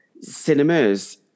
cinemas